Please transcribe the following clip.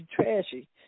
trashy